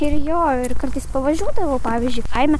ir jo ir kartais pavažiuodavau pavyzdžiui kaime